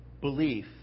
belief